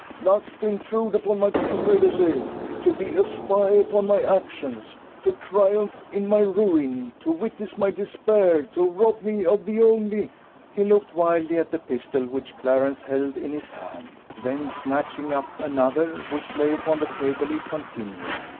thus to intrude upon my privacy to be a spy upon my actions to triumph in my ruin to witness my despair to rob me of the only he looked wildly at the pistol which clarence held in his hand then snatching up another, which lay upon the table, he continued,